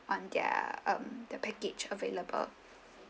on their um the package available